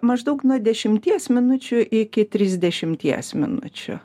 maždaug nuo dešimties minučių iki trisdešimties minučių